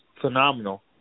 phenomenal